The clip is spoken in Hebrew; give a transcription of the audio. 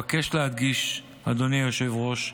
אבקש להדגיש, אדוני היושב-ראש: